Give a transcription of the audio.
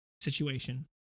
situation